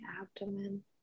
abdomen